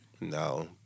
no